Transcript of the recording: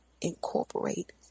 incorporate